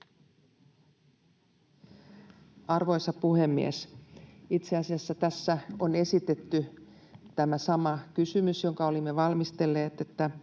Arvoisa puhemies! Itse asiassa tässä on esitetty tämä sama kysymys, jonka olimme valmistelleet, että